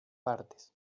partes